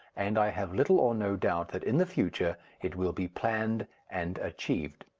and i have little or no doubt that in the future it will be planned and achieved.